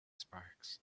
sparks